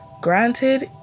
Granted